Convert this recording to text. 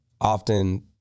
often